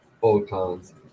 photons